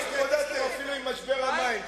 לא התמודדתם אפילו עם משבר המים.